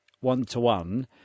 one-to-one